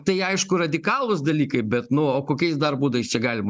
tai aišku radikalūs dalykai bet nu o kokiais dar būdais čia galima